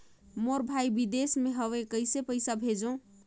मोर भाई विदेश मे हवे कइसे पईसा भेजो?